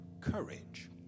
courage